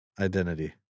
identity